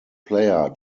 player